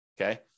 Okay